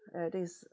ya that is